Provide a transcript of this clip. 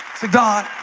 to god